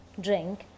drink